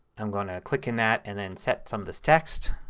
i'm going to click in that and then set some of this text.